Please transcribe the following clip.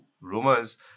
rumors